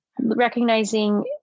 recognizing